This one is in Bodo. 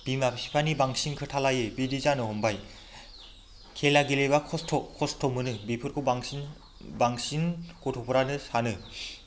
बिमा बिफानि बांसिन खोथा लायै बिदि जानो हमबाय खेला गेलेब्ला खस्थ' खस्थ' मोनो बेफोरखौ बांसिन बांसिन गथ'फोरानो सानो